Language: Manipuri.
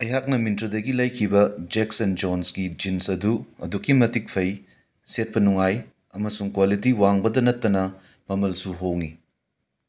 ꯑꯩꯍꯥꯛꯅ ꯃꯤꯟꯇ꯭ꯔꯥꯗꯒꯤ ꯂꯩꯈꯤꯕ ꯖꯦꯛꯁ ꯑꯦꯟ ꯖꯣꯟꯁꯀꯤ ꯖꯤꯟꯁ ꯑꯗꯨ ꯑꯗꯨꯛꯀꯤ ꯃꯇꯤꯛ ꯐꯩ ꯁꯦꯠꯄ ꯅꯨꯡꯉꯥꯏ ꯑꯃꯁꯨꯡ ꯀ꯭ꯋꯥꯂꯤꯇꯤ ꯋꯥꯡꯕꯗ ꯅꯠꯇꯅ ꯃꯃꯜꯁꯨ ꯍꯣꯡꯏ